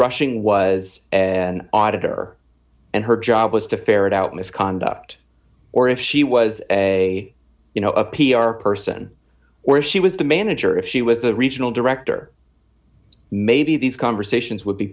rushing was an auditor and her job was to ferret out misconduct or if she was a you know a p r person or if she was the manager if she was a regional director maybe these conversations would be